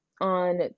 on